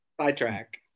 sidetrack